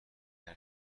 اگر